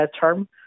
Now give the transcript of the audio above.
term